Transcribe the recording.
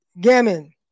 Gammon